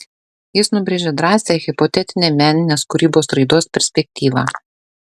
jis nubrėžė drąsią hipotetinę meninės kūrybos raidos perspektyvą